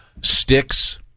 Sticks